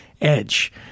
edge